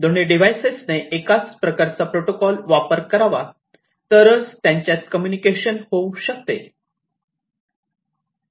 दोन्ही डिव्हाइसेस ने एकाच प्रकारचा प्रोटोकॉल वापर करावा तरच त्यांच्यात कम्युनिकेशन होऊ शकते